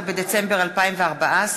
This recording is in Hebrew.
16 בדצמבר 2014,